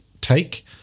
take